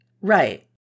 right